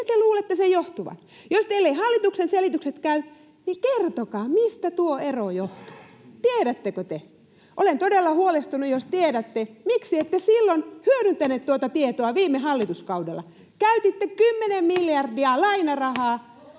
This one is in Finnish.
Mistä te luulette sen johtuvan? Jos teille eivät hallituksen selitykset käy, niin kertokaa, mistä tuo ero johtuu. Tiedättekö te? Olen todella huolestunut, jos tiedätte. Miksi ette silloin hyödyntäneet tuota tietoa viime hallituskaudella?